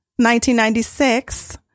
1996